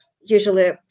usually